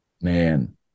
Man